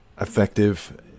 effective